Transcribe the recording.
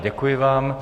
Děkuji vám.